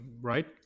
right